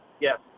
Yes